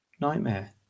nightmare